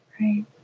Right